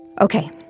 Okay